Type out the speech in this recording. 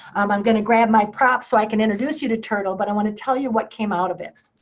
um i'm going to grab my props so i can introduce you to turtle, but i want to tell you what came out of it,